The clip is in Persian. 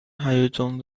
هیجان